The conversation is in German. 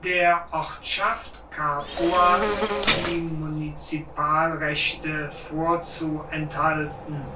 der ortschaft capua die munizipalrechte vorzuenthalten